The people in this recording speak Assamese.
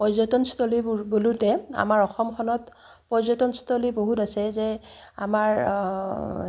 পৰ্যটনস্থলীবোৰ বোলোতে আমাৰ অসমখনত পৰ্যটনস্থলী বহুত আছে যে আমাৰ